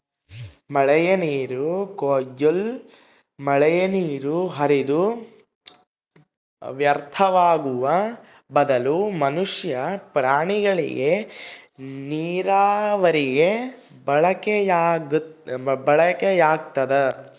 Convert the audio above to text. ಮಳೆನೀರು ಕೊಯ್ಲು ಮಳೆನೀರು ಹರಿದು ವ್ಯರ್ಥವಾಗುವ ಬದಲು ಮನುಷ್ಯ ಪ್ರಾಣಿಗಳಿಗೆ ನೀರಾವರಿಗೆ ಬಳಕೆಯಾಗ್ತದ